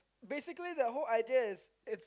basically the whole idea is it's